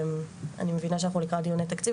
אני מבינה שאנחנו לקראת דיוני תקציב,